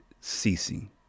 ceasing